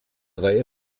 reihe